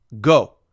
Go